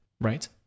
Right